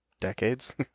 decades